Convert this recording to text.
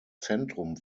zentrum